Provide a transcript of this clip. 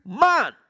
man